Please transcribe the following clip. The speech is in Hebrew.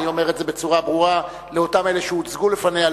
אני אומר את זה בצורה ברורה לאותם אלה שהוצגו לפניהם,